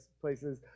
places